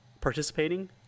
participating